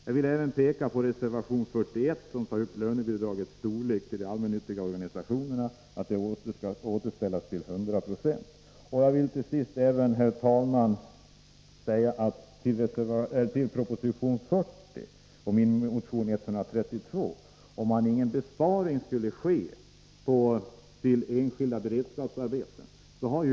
Jag vill även peka på reservation 41, där det krävs att lönebidraget till de allmännyttiga organisationerna skall återställas till 100 96. Jag vill till sist, herr talman, säga några ord om min motion 132 i anledning av proposition 40. Jag hävdar i motionen att ingen besparing skulle ske om beredskapsarbetena upphör.